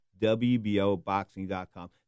wboboxing.com